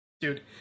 Dude